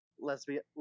lesbian